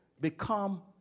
become